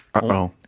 Uh-oh